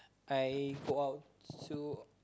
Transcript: I go out to